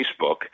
Facebook